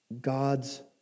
God's